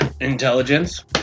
Intelligence